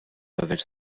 révèle